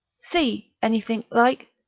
see anythink, like?